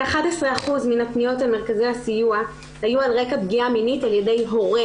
כ-11% מהפניות אל מרכזי הסיוע היו על רקע פגיעה מינית על ידי הורה.